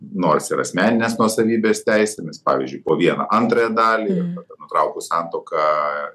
nors ir asmeninės nuosavybės teisėmis pavyzdžiui po vieną antrąją dalį nutraukus santuoką